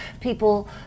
people